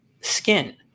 skin